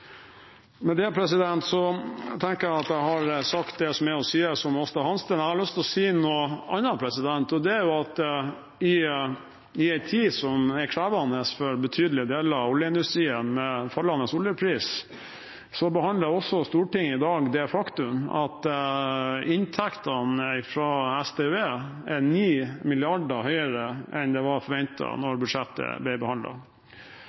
Med dette tenker jeg at jeg har sagt det som er å si om Aasta Hansteen. Jeg har lyst til å si noe annet, og det er at i en tid som er krevende for betydelige deler av oljeindustrien, med fallende oljepris, behandler også Stortinget i dag det faktum at inntektene fra SDØE er 9 mrd. kr høyere enn det som var forventet da budsjettet ble